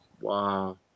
wow